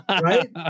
Right